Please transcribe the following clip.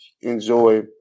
enjoy